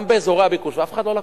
גם באזורי הביקוש, ואף אחד לא לקח.